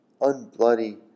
unbloody